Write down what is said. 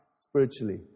spiritually